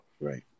Right